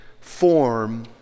form